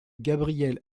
gabriel